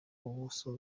ubuso